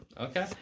Okay